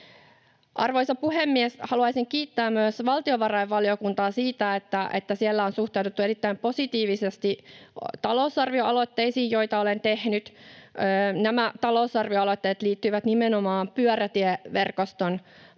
Arvoisa puhemies! Haluaisin myös kiittää valtiovarainvaliokuntaa siitä, että siellä on suhtauduttu erittäin positiivisesti talousarvioaloitteisiin, joita olen tehnyt. Nämä talousarvioaloitteet liittyvät nimenomaan pyörätieverkoston parantamiseen,